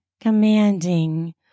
commanding